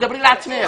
דברי בשם עצמך.